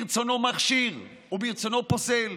ברצונו מכשיר וברצונו פוסל,